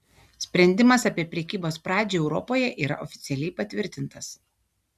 sprendimas apie prekybos pradžią europoje yra oficialiai patvirtintas